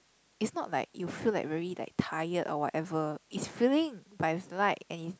it's not like you feel like very like tired or whatever it's feeling like it's light and it's